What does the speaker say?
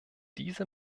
diese